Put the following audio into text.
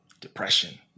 Depression